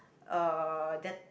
um that